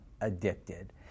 addicted